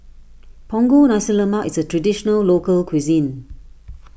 Punggol Nasi Lemak is a Traditional Local Cuisine